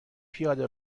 پیاده